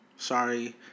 Sorry